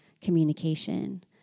communication